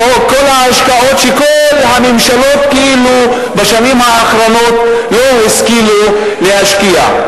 ההשקעות שכל הממשלות בשנים האחרונות לא השכילו להשקיע.